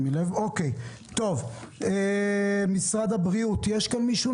יש נציג ממשרד הבריאות?